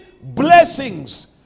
blessings